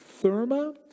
Therma